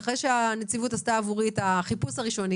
אחרי שהנציבות עשתה עבורי את החיפוש הראשוני.